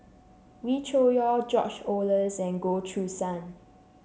Wee Cho Yaw George Oehlers and Goh Choo San